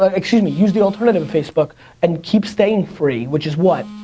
ah excuse me, use the alternative of facebook and keep staying free, which is what?